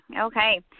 Okay